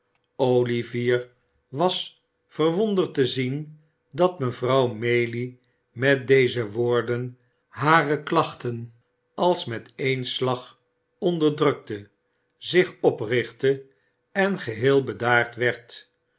olivier was verwonderd te zien dat mevrouw maylie met deze woorden hare klachten als met één slag onderdrukte zich oprichtte en geheel bedaard werd